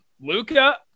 Luca